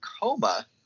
coma